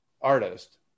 artist